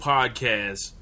Podcast